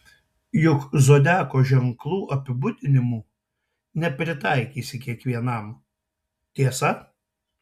juk zodiako ženklų apibūdinimų nepritaikysi kiekvienam tiesa